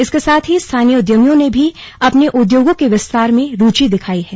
इसके साथ ही स्थानीय उद्यमियों ने भी अपने उद्योगों के विस्तार में रूचि दिखाई है